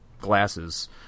glasses